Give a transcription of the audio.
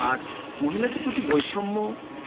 আর মহিলাদের প্রতি বৈষম্য